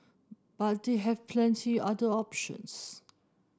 but they have plenty other options